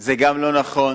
זה גם לא נכון,